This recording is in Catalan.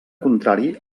contrari